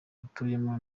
dutuyemo